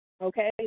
Okay